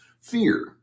fear